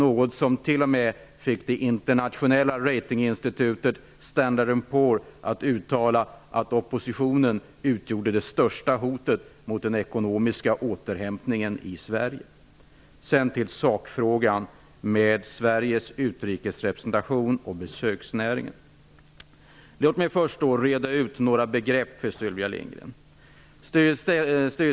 Det fick t.o.m. det internationella ratinginstitutet Standard & Poor's att uttala att oppositionen utgör det största hotet mot den ekonomiska återhämtningen i Så till sakfrågan: Sveriges utrikesrepresentation och besöksnäringen. Låt mig först reda ut några begrepp för Sylvia Lindgren.